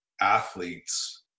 athletes